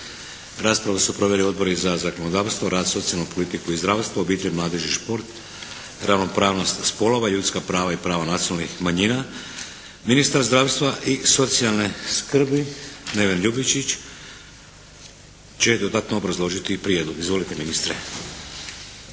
Raspravu su proveli Odbori za zakonodavstvo, rad, socijalnu politiku i zdravstvo, obitelj, mladež i šport, ravnopravnost spolova, ljudska prava i prava nacionalnih manjina. Ministar zdravstva i socijalne skrbi Neven Ljubičić će dodatno obrazložiti prijedlog. Izvolite ministre.